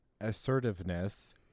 assertiveness